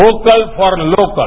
vocal for local